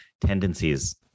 tendencies